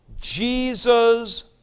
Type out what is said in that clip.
Jesus